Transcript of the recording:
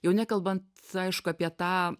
jau nekalbant aišku apie tą